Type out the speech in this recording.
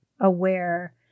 aware